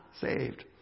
saved